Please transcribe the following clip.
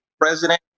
president